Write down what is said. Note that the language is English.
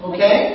Okay